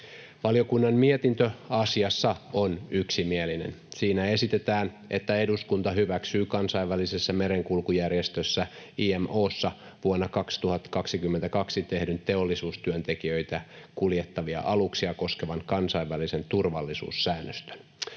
Valiokunnan mietintö asiassa on yksimielinen. Siinä esitetään, että eduskunta hyväksyy Kansainvälisessä merenkulkujärjestössä IMO:ssa vuonna 2022 tehdyn teollisuustyöntekijöitä kuljettavia aluksia koskevan kansainvälisen turvallisuussäännöstön.